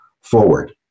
forward